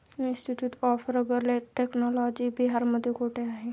Institute of rubber technology बिहारमध्ये कोठे आहे?